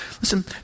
Listen